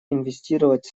инвестировать